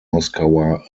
moskauer